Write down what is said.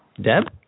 Deb